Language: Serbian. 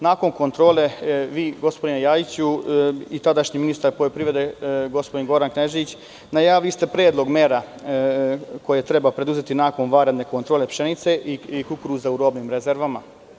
Nakon kontrole, vi, gospodine Ljajiću, kao i tadašnji ministar poljoprivrede, gospodin Goran Knežević, najavili ste predlog mera koje treba preduzeti nakon vanredne kontrole pšenice i kukuruza u robnim rezervama.